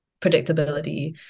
predictability